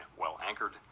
well-anchored